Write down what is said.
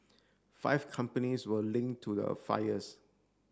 five companies were link to the fires